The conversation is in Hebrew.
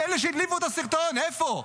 איפה אלה שהדליפו את הסרטון, איפה?